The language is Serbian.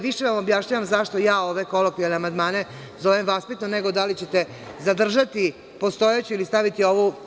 Više vam objašnjavam zašto ja ove kolokvijalne amandmane zovem vaspitno, nego da li ćete zadržati postojeću ili staviti ovu.